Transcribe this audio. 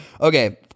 Okay